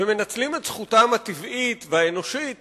ומנצלים את זכותם הטבעית והאנושית